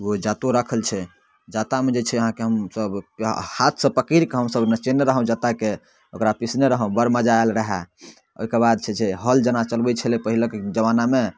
ओ जाँतो राखल छै जाँतामे जे छै से अहाँकेँ हमसब हाथसँ पकड़िकऽ हमसब नचेने रहौं हमसब जाँताके ओकरा पीसने रहौं बड़ मजा आयल रहऽ ओहिके छै जे हल जेना चलबै छलक पहिलेक जमानामे